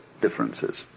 differences